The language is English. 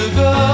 go